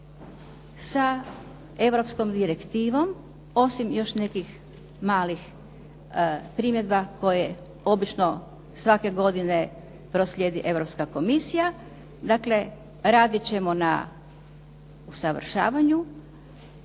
sa europskom direktivom, osim još nekih malih primjedba koje obično svake godine proslijedi Europska unija. Dakle radit ćemo na usavršavanju,